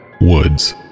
woods